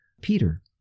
Peter